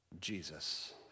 Jesus